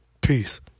Peace